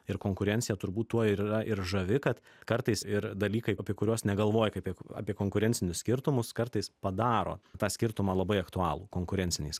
ir konkurencija turbūt tuo ir yra ir žavi kad kartais ir dalykai apie kuriuos negalvoji kaip apie konkurencinius skirtumus kartais padaro tą skirtumą labai aktualų konkurenciniais